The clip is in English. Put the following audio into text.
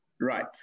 Right